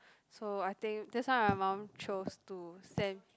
so I think that's why my mum chose to send